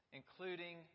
including